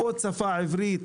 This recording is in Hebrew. עוד שפה עברית,